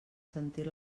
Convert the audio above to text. sentir